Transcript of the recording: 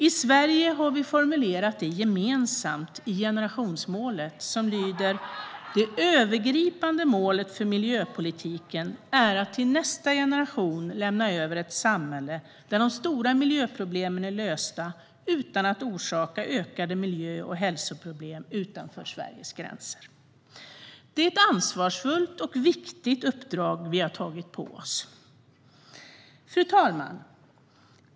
I Sverige har vi formulerat det gemensamt i generationsmålet, som lyder: "Det övergripande målet för miljöpolitiken är att till nästa generation lämna över ett samhälle där de stora miljöproblemen är lösta, utan att orsaka ökade miljö och hälsoproblem utanför Sveriges gränser." Det är ett ansvarsfullt och viktigt uppdrag vi har tagit på oss. Fru talman!